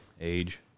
age